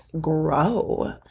grow